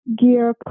gear